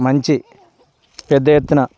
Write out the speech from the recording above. మంచి పెద్ద ఎత్తున